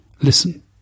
listen